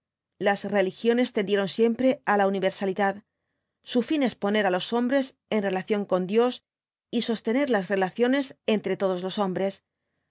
ijas religiones tendieron siempre á la universalidad su ñn es poner á los hombres en relación con dios y sostener las relaciones entre todos los hombres